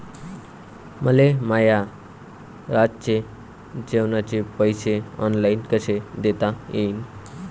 मले माया रातचे जेवाचे पैसे ऑनलाईन कसे देता येईन?